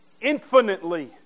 infinitely